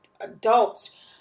adults